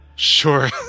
Sure